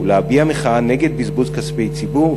ולהביע מחאה נגד בזבוז כספי ציבור,